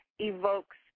evokes